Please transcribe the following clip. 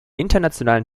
internationalen